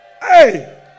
Hey